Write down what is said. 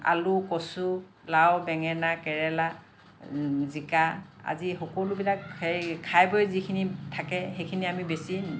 আলু কচু লাও বেঙেনা কেৰেলা জিকা আদি সকলোবিলাক সেই খাই বৈ যিখিনি থাকে সেইখিনি আমি বেচি